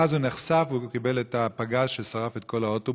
ואז הוא נחשף וקיבל את הפגז ששרף את כל האוטובוס.